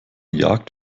jagd